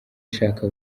shaka